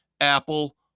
Apple